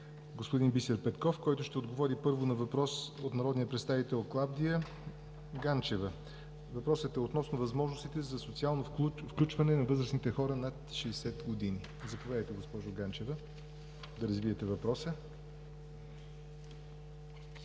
господин Бисер Петков, който ще отговори, първо, на въпрос от народния представител Клавдия Ганчева. Въпросът е относно възможностите за социално включване на възрастните хора над 60 години. Заповядайте, госпожо Ганчева, да развиете въпроса